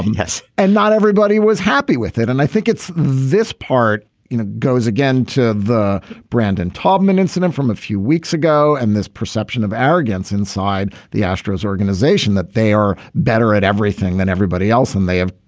yes. and not everybody was happy with it and i think it's this part you know goes again to the brandon taubman incident from a few weeks ago and this perception of arrogance inside the astros organization that they are better at everything then everybody else and they have.